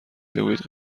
بگویید